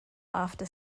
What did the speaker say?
after